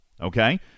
Okay